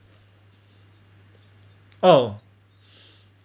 oh